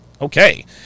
Okay